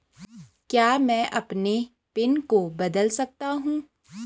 क्या मैं अपने पिन को बदल सकता हूँ?